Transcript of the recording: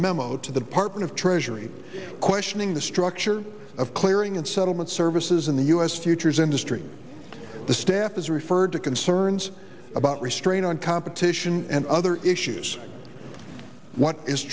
memo to the part of treasury questioning the structure of clearing and settlement services in the u s futures industry the staff has referred to concerns about restraint on competition and other issues what is